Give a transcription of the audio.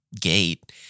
gate